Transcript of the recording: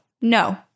no